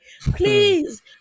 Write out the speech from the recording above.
Please